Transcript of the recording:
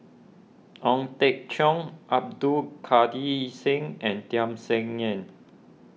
Ong Teng Cheong Abdul Kadir Syed and Tham Sien Yen